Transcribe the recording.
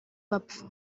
bapfa